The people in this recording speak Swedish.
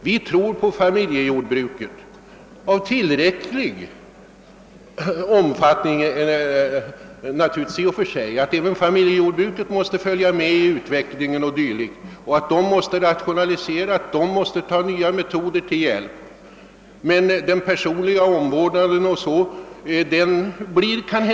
Vi tror på familjejordbruket — av tillräcklig omfattning naturligtvis. Även familjejordbruket måste självfallet följa med i utvecklingen och rationalisera, ta nya metoder till hjälp. Omvårdnaden blir emellertid bättre där.